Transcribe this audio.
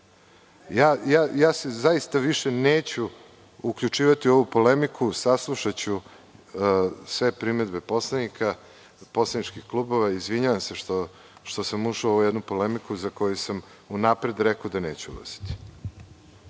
stanje. Zaista se više neću uključivati u ovu polemiku, saslušaću sve primedbe poslanika, poslaničkih klubova. Izvinjavam se što sam ušao u ovu jednu polemiku za koju sam unapred rekao da neću ulaziti.